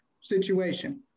situation